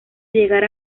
llegar